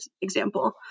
example